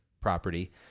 property